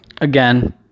again